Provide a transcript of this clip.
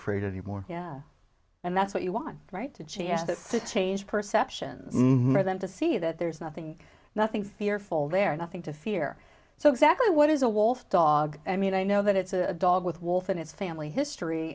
afraid anymore and that's what you want right g s that to change perceptions of them to see that there's nothing nothing fearful there nothing to fear so exactly what is a wolf dog i mean i know that it's a dog with wolf and it's family history